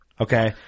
Okay